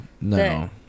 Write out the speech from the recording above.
no